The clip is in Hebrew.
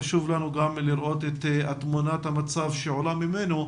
חשוב לנו גם לראות את תמונת המצב שעולה ממנו,